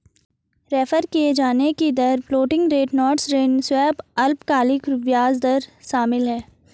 refer किये जाने की दर फ्लोटिंग रेट नोट्स ऋण स्वैप अल्पकालिक ब्याज दर शामिल है